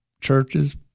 churches